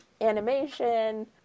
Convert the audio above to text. animation